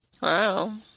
Wow